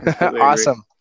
Awesome